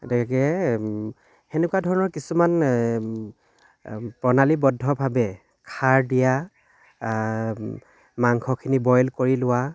এতেকে সেনেকুৱা ধৰণৰ কিছুমান প্ৰণালীবদ্ধ ভাৱে খাৰ দিয়া মাংসখিনি বইল কৰি লোৱা